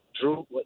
Drew